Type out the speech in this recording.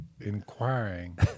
inquiring